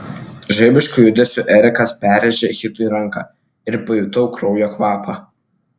žaibišku judesiu erikas perrėžė hitui ranką ir pajutau kraujo kvapą